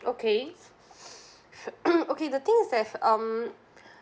okay okay the thing is that um